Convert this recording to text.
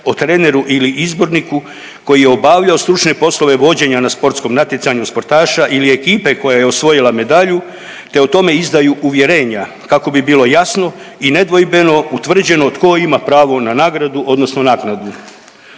o treneru ili izborniku koji je obavljao stručne poslove vođenja na sportskom natjecanju sportaša ili ekipe koja je osvojila medalju te o tome izdaju uvjerenja kako b bilo jasno i nedvojbeno utvrđeno tko ima pravo na nagradu odnosno naknadu.